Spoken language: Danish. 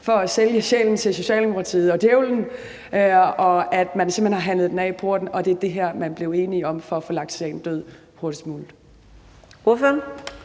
for at sælge sjælen til Socialdemokratiet og djævlen – og at man altså simpelt hen har handlet den af i porten, og at det er det her, man blev enige om for at få lagt sagen død hurtigst muligt.